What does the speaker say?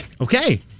Okay